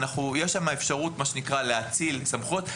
יש שם אפשרות להאציל סמכויות.